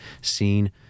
seen